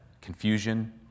confusion